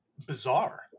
bizarre